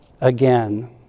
again